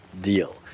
deal